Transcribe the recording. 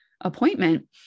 appointment